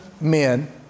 men